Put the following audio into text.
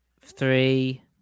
three